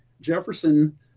Jefferson